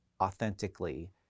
authentically